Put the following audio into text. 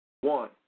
One